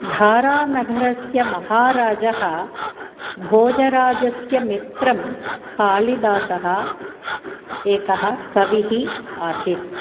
धारानगरस्य महाराजः भोजराजस्य मित्रं कालिदासः एकः कविः आसीत्